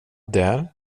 där